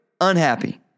unhappy